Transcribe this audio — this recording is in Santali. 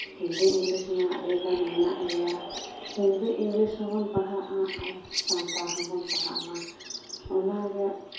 ᱦᱤᱱᱫᱤ ᱤᱝᱞᱤᱥ ᱢᱟ ᱟᱹᱰᱤ ᱜᱟᱱ ᱢᱮᱱᱟᱜ ᱜᱮᱭᱟ ᱦᱤᱱᱫᱤ ᱤᱝᱞᱤᱥ ᱦᱚᱸ ᱵᱚᱱᱚ ᱯᱟᱲᱦᱟᱜᱼᱟ ᱟᱨ ᱥᱟᱱᱛᱟᱲ ᱦᱚᱸᱵᱚᱱ ᱯᱟᱲᱦᱟᱜᱼᱢᱟ ᱚᱱᱟᱜᱮ